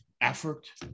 effort